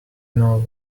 know